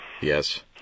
Yes